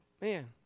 man